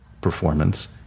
performance